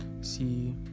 See